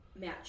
match